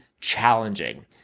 challenging